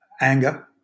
anger